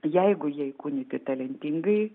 jeigu jie įkūnyti talentingai